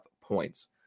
points